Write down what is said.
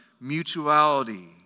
mutuality